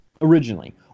Originally